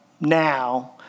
Now